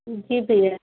जी भैया